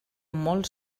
molt